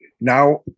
Now